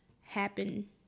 Happen